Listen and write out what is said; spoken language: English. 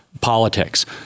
politics